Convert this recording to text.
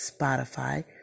Spotify